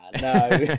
no